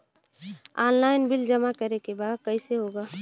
Online bill जमा करे के बा कईसे होगा?